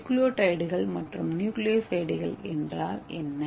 நியூக்ளியோடைடுகள் மற்றும் நியூக்ளியோசைடுகள் என்றால் என்ன